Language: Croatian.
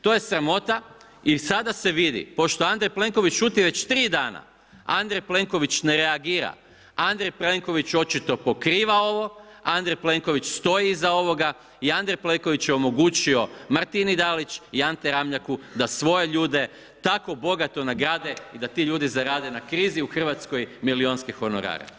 To je sramota i sada se vidi, pošto Andrej Plenković šuti već 3 dana, Andrej Plenković ne reagira, Andrej Plenković očito pokriva ovo, Andrej Plenković stoji iza ovoga i Andrej Plenković je omogućio Martini Dalić i Ante Ramljaku da svoje ljude tako bogato nagrade da ti ljudi zarade na krizi u Hrvatskoj milijunske honorare.